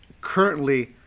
Currently